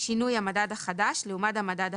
שינוי המדד החדש לעומת המדד הבסיסי,